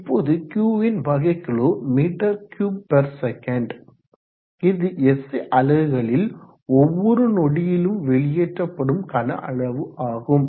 இப்போது Q ன் வகைக்கெழு மீட்டர் கியூப் பெர் செகண்ட் இது SI அலகுகளில் ஒவ்வொரு நொடியிலும் வெளியேற்றப்படும் கனஅளவு ஆகும்